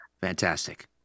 Fantastic